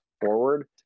forward